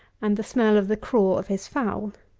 and the smell of the craw of his fowl.